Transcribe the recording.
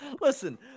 Listen